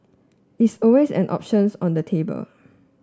it's always an options on the table